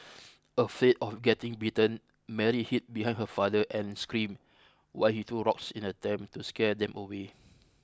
afraid of getting bitten Mary hid behind her father and screamed while he threw rocks in attempt to scare them away